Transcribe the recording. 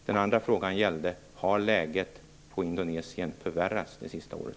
Den andra frågan, Inger Koch: Har läget på Indonesien förvärrats det senaste året?